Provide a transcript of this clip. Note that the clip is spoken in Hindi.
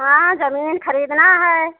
हाँ जमीन खरीदना है